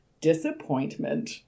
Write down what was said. disappointment